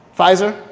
Pfizer